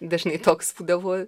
dažnai toks būdavo